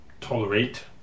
tolerate